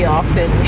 often